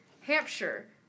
Hampshire